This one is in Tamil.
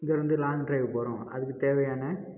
இங்கிருந்து லாங் டிரைவ் போகிறோம் அதுக்குத் தேவையான